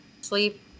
sleep